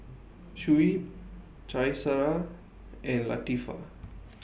Shuib Qaisara and Latifa